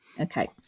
Okay